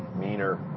meaner